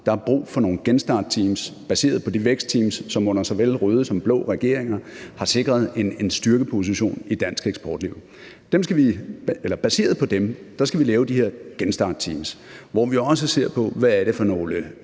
Der er brug for nogle genstartsteams baseret på de vækstteams, som under såvel røde som blå regeringer har sikret en styrkeposition i dansk eksportliv. Baseret på dem skal vi lave de her genstartsteams, hvor vi også ser på, hvad det er for nogle